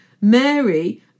Mary